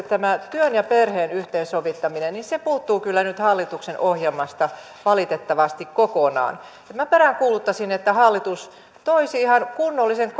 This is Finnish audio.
tämä työn ja perheen yhteensovittaminen puuttuu nyt hallituksen ohjelmasta valitettavasti kokonaan minä peräänkuuluttaisin että hallitus toisi ihan kunnollisen